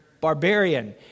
Barbarian